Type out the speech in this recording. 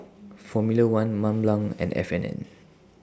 Formula one Mont Blanc and F and N